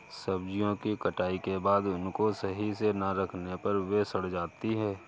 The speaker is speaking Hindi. सब्जियों की कटाई के बाद उनको सही से ना रखने पर वे सड़ जाती हैं